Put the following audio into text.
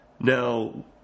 Now